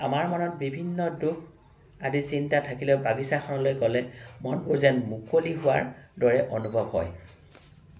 আমাৰ মনত বিভিন্ন দুখ আদি চিন্তা থাকিলেও বাগিছাখনলৈ গ'লে মনটো যেন মুকলি হোৱাৰ দৰে অনুভৱ হয়